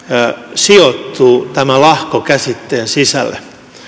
sijoittuu tämän lahko käsitteen sisälle